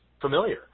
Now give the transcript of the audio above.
familiar